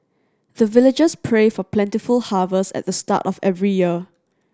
the villagers pray for plentiful harvest at the start of every year